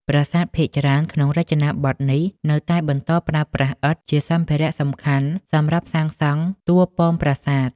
ប្រាសាទភាគច្រើនក្នុងរចនាបថនេះនៅតែបន្តប្រើប្រាស់ ឥដ្ឋ ជាសម្ភារៈសំខាន់សម្រាប់សាងសង់តួប៉មប្រាសាទ។